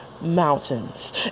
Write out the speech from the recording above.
mountains